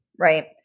right